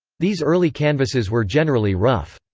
these early canvases were generally rough.